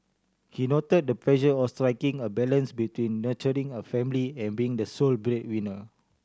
he noted the of striking a balance between nurturing a family and being the sole breadwinner